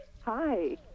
Hi